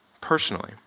personally